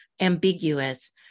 ambiguous